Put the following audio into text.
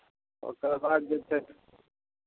ओकर बाद जे छै